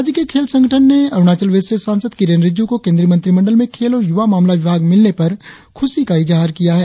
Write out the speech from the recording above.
राज्य के खेल संगठन ने अरुणाचल वेस्ट से सासंद किरेन रिजिजू को केंद्रीय मंत्रिमंडल में खेल और युवा मामला विभाग मिलने पर खुशी का इजहार किया है